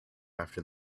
after